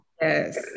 Yes